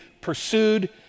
pursued